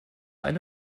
eine